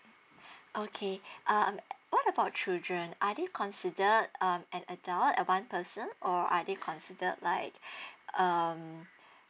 okay um what about children I need considered um an adult uh one person or I need considered like um